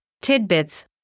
tidbits